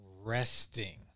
resting